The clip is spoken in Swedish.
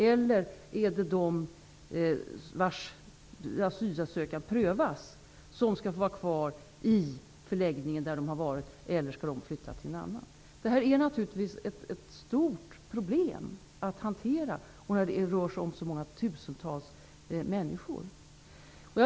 Eller skall de vars asylansökan prövas få vara kvar i förläggningen där de varit, eller skall de flyttas? Det är ett stort problem att hantera, när det rör sig om så många tusentals människor.